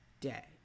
day